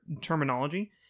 terminology